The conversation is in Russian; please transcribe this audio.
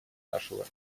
нашего